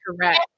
correct